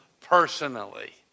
personally